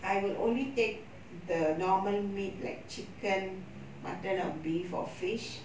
I will only take the normal meat like chicken mutton or beef or fish